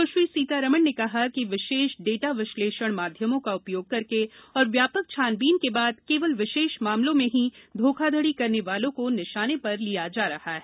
सुश्री सीतारामन ने कहा कि विशेष डाटा विश्लेषण माध्यमों का उपयोग करके और व्यापक छानबीन के बाद केवल विशेष मामलों में ही धोखाधड़ी करने वालों को निशाने पर लिया जा रहा है